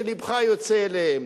שלבך יוצא אליהם.